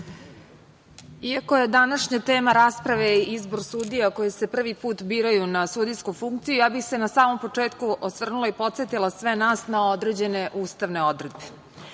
Iako je današnja tema rasprave izbor sudija koje se prvi put biraju na sudijsku funkciju, ja bih se na samom početku osvrnula i podsetila sve nas na određene ustavne odredbe. Prema